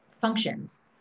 functions